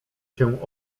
cię